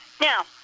now